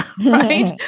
right